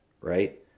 right